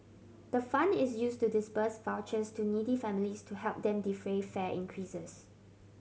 the fund is used to disburse vouchers to needy families to help them defray fare increases